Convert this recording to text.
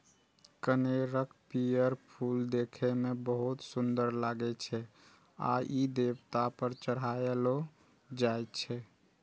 कनेरक पीयर फूल देखै मे बहुत सुंदर लागै छै आ ई देवता पर चढ़ायलो जाइ छै